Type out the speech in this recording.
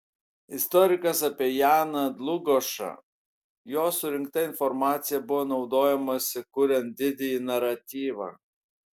istorikas apie janą dlugošą jo surinkta informacija buvo naudojamasi kuriant didįjį naratyvą